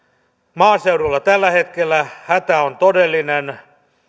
maaseudulla tällä hetkellä hätä on todellinen